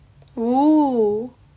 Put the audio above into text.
oh